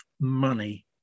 money